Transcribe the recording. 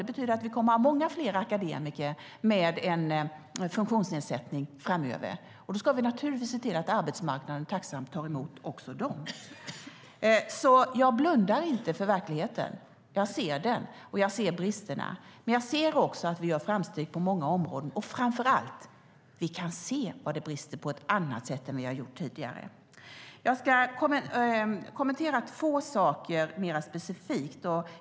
Det betyder att vi kommer att ha många fler akademiker med funktionsnedsättning framöver. Då ska vi naturligtvis se till att arbetsmarknaden tacksamt tar emot även dem. Jag blundar inte för verkligheten. Jag ser bristerna. Men jag ser också att vi gör framsteg på många områden. Framför allt kan vi se var det brister på ett annat sätt än tidigare. Jag ska kommentera två saker mer specifikt.